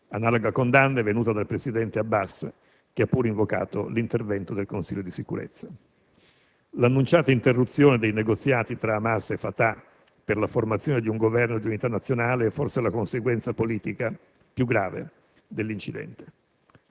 Analoga condanna è venuta dal presidente Abbas, che ha pure invocato l'intervento del Consiglio di sicurezza. L'annunciata interruzione dei negoziati tra Hamas e Fatah per la formazione di un Governo di unità nazionale è forse la conseguenza politica più grave dell'incidente.